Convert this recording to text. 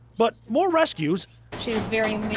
but more rescues she is